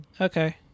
Okay